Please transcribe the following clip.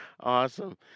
Awesome